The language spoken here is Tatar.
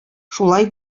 шулай